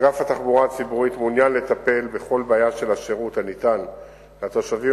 אגף התחבורה הציבורית מעוניין לטפל בכל בעיה של השירות הניתן לתושבים,